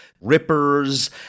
Rippers